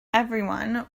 everyone